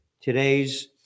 today's